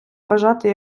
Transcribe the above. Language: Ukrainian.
бажати